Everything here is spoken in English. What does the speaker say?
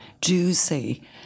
juicy